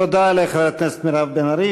תודה לחברת הכנסת מירב בן ארי.